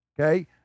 Okay